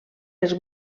els